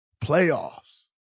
Playoffs